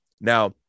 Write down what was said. Now